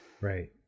Right